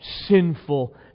sinful